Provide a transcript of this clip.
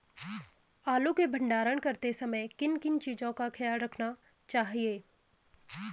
आलू के भंडारण करते समय किन किन चीज़ों का ख्याल रखना पड़ता है?